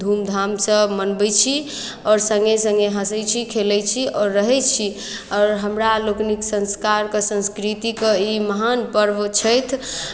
धूमधामसँ मनबै छी आओर सङ्गे सङ्गे हँसै छी खेलै छी आओर रहै छी आओर हमरा लोकनिक संस्कारके संस्कृतिके ई महान पर्व छथि